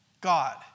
God